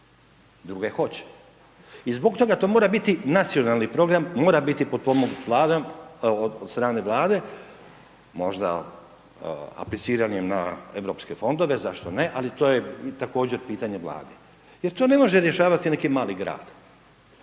Druge hoće. I zbog toga to mora biti nacionalni program, mora biti potpomognut Vladom, od strane Vlade, možda apliciranjem na europske fondove, zašto ne, ali to je i također pitanje Vlade. Jer to ne može rješavati neki mali grad.